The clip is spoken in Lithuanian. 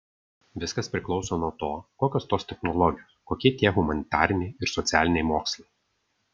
viskas priklauso nuo to kokios tos technologijos kokie tie humanitariniai ir socialiniai mokslai